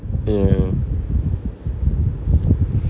ya